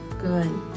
Good